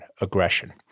Aggression